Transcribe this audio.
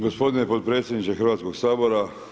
Gospodine potpredsjedniče Hrvatskog sabora.